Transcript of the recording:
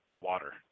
water